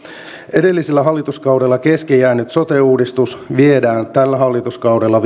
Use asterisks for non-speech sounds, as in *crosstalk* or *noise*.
edellisellä hallituskaudella kesken jäänyt sote uudistus viedään tällä hallituskaudella *unintelligible*